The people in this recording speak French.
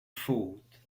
faute